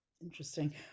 interesting